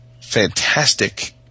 fantastic